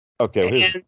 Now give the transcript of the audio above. Okay